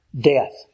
death